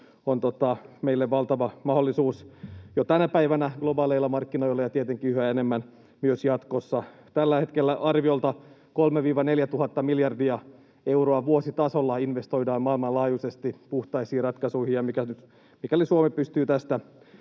on meille valtava mahdollisuus jo tänä päivänä globaaleilla markkinoilla ja tietenkin yhä enemmän myös jatkossa. Tällä hetkellä arviolta 3 000–4 000 miljardia euroa vuositasolla investoidaan maailmanlaajuisesti puhtaisiin ratkaisuihin, ja mikäli Suomi pystyy tästä